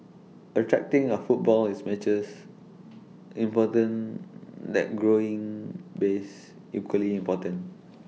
attracting A footfall is matches important that growing base equally important